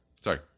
Sorry